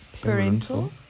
Parental